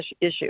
issue